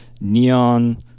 neon